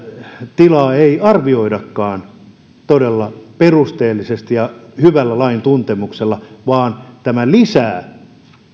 tilaa ei arvioidakaan todella perusteellisesti ja hyvällä lain tuntemuksella mikä lisää